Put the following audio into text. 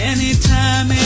Anytime